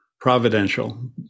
providential